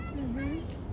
mmhmm